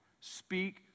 Speak